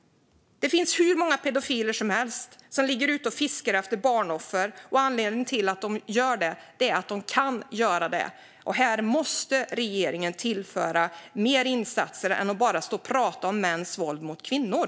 Det finns hur många pedofiler som helst som ligger ute och fiskar efter barnoffer, och anledningen till att de gör det är att de kan göra det. Regeringen måste komma med fler insatser och inte bara stå och prata om mäns våld mot kvinnor.